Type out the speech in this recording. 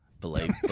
Believe